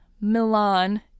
Milan